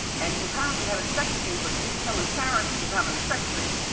and he apparently had a sex scene but didn't tell his parents he was having the sex scene.